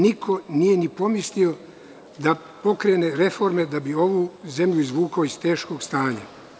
Niko nije ni pomislio da pokrene reforme da bi ovu zemlju izvukao iz teškog stanja.